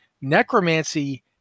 necromancy